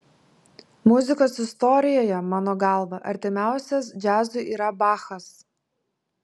muzikos istorijoje mano galva artimiausias džiazui yra bachas